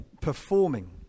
performing